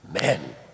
men